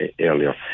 earlier